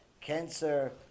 cancer